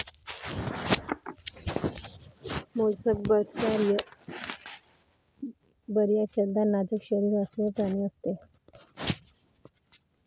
mollusc बर्याचदा नाजूक शरीर असलेले प्राणी असतात